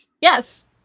Yes